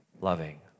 loving